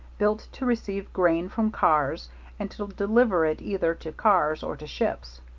built to receive grain from cars and to deliver it either to cars or to ships.